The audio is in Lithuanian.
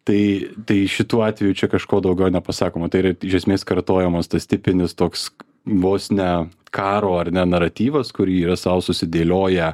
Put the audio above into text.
tai tai šituo atveju čia kažko daugiau nepasakoma tai yra iš esmės kartojamas tas tipinis toks vos ne karo ar ne naratyvas kurį yra sau susidėlioję